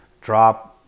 drop